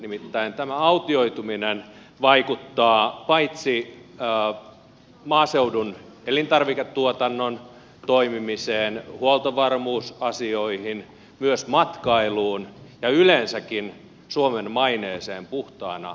nimittäin tämä autioituminen vaikuttaa paitsi maaseudun elintarviketuotannon toimimiseen huoltovarmuusasioihin myös matkailuun ja yleensäkin suomen maineeseen puhtaana maana